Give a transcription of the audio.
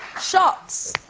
shots.